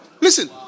Listen